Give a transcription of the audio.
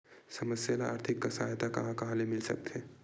समस्या ल आर्थिक सहायता कहां कहा ले मिल सकथे?